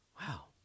Wow